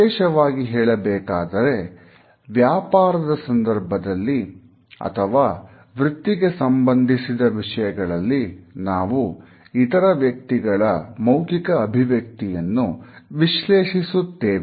ವಿಶೇಷವಾಗಿ ಹೇಳಬೇಕಾದರೆ ವ್ಯಾಪಾರದ ಸಂದರ್ಭದಲ್ಲಿ ಅಥವಾ ವೃತ್ತಿಗೆ ಸಂಬಂಧಿಸಿದ ವಿಷಯಗಳಲ್ಲಿ ನಾವು ಇತರ ವ್ಯಕ್ತಿಗಳ ಮೌಖಿಕ ಅಭಿವ್ಯಕ್ತಿಯನ್ನು ವಿಶ್ಲೇಷಿಸುತ್ತೇವೆ